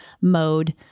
mode